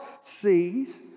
sees